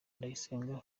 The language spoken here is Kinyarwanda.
ndayisenga